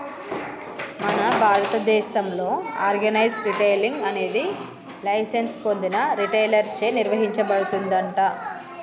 మన భారతదేసంలో organise retailing అనేది లైసెన్స్ పొందిన రిటైలర్ చే నిర్వచించబడుతుందంట